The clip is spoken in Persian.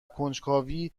کنجکاوی